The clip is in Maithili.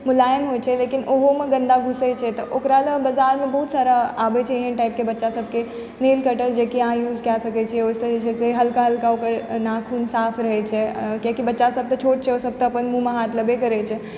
मुलायम होइ छै लेकिन ओहोमे गन्दा घुसै छै तऽ ओकरा ने हस्पतालमे बहुत सारा आबै छै एहन टाइपके बच्चा सबके नेल कटर जेकि अहाँ यूज कए सकै छियै ओहिसँ जे छै से हल्का हल्का ओकर नाखून साफ रहै छै कियाकि बच्चा सब तऽ छोट होइ छै ओ सब तऽ अपन मुँहमे हाथ लेबे करै छै